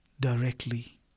directly